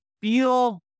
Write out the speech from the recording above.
feel